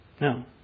No